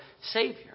savior